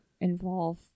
involve